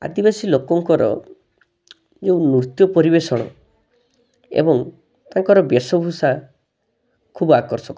ଆଦିବାସୀ ଲୋକଙ୍କର ଯେଉଁ ନୃତ୍ୟ ପରିବେଷଣ ଏବଂ ତାଙ୍କର ବେଶଭୁଷା ଖୁବ୍ ଆକର୍ଷକ